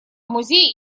музей